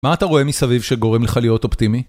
מה אתה רואה מסביב שגורם לך להיות אופטימי?